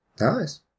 Nice